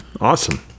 Awesome